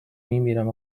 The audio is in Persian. میمیرم